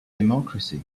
democracy